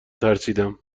ترسیدم